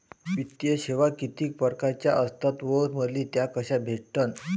वित्तीय सेवा कितीक परकारच्या असतात व मले त्या कशा भेटन?